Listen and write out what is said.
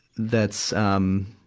that's, um,